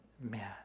man